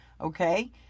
Okay